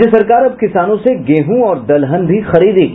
राज्य सरकार अब किसानों से गेंहू और दलहन भी खरीदेगी